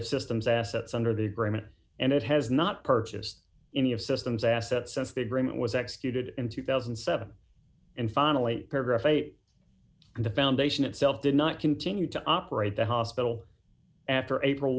of systems assets under the agreement and it has not purchased any of systems assets since the agreement was executed in two thousand and seven and finally paragraph eight and the foundation itself did not continue to operate the hospital after april